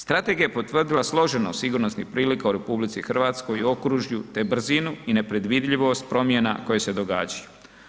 Strategija je potvrdila složenost sigurnosnih prilika u RH i okružju, te brzinu i nepredvidljivost promjena koje se događaju.